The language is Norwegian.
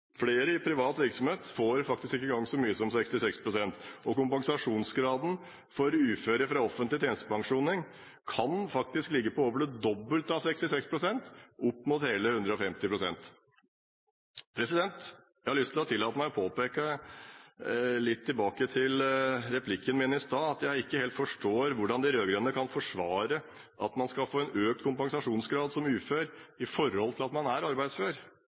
Flere i privat virksomhet får faktisk ikke engang så mye som 66 pst. Kompensasjonsgraden for uføre fra offentlig tjenestepensjonsordning kan faktisk ligge på over det dobbelte av 66 pst., opp mot hele 150 pst. Jeg har lyst til å tillate meg å påpeke – litt tilbake til replikken min i stad – at jeg ikke helt forstår hvordan de rød-grønne kan forsvare at man skal få en økt kompensasjonsgrad som ufør i forhold til at man er arbeidsfør.